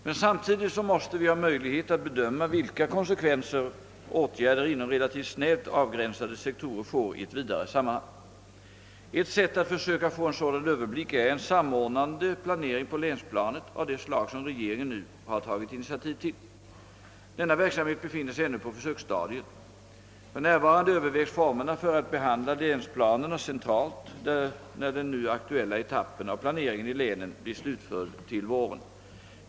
Men samtidigt måste vi ha möjlighet att bedöma vilka konsekvenser åtgärder inom relativt snävt avgränsade sektorer får i ett vidare sammanhang. Ett sätt att försöka få en sådan överblick är en samordnande planering på länsplanet av det slag som regeringen har tagit initiativ till. Denna verksamhet befinner sig ännu på försöksstadiet. För närvarande övervägs formerna för att behandla länsplanerna centralt, när den nu aktuella etappen av planeringen i länen blir slutförd till våren.